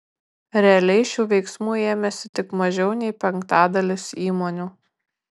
realiai šių veiksmų ėmėsi tik mažiau nei penktadalis įmonių